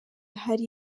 hari